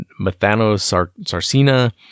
methanosarcina